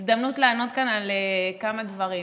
זו הזדמנות לענות כאן על כמה דברים.